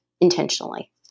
intentionally